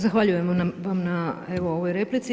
Zahvaljujem vam na evo ovoj replici.